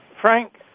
Frank